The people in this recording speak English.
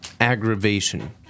aggravation